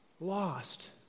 lost